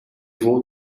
vou